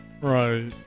Right